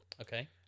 Okay